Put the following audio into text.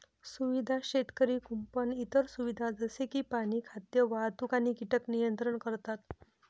सुविधा शेतकरी कुंपण इतर सुविधा जसे की पाणी, खाद्य, वाहतूक आणि कीटक नियंत्रण करतात